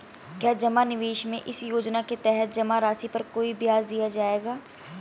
क्या जमा निवेश में इस योजना के तहत जमा राशि पर कोई ब्याज दिया जाएगा?